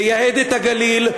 לייהד את הגליל,